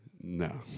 No